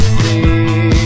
see